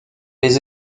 les